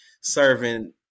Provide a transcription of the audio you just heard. serving